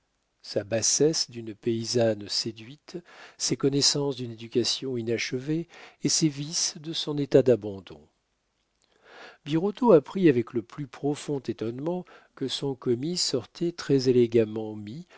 sa bassesse d'une paysanne séduite ses connaissances d'une éducation inachevée et ses vices de son état d'abandon birotteau apprit avec le plus profond étonnement que son commis sortait très élégamment mis